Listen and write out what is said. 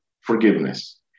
Forgiveness